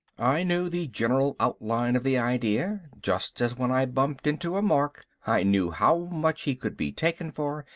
i knew the general outline of the idea, just as when i bumped into a mark i knew how much he could be taken for,